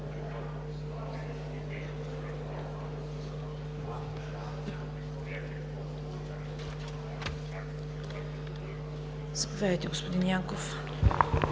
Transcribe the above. Заповядайте, господин Янков.